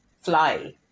fly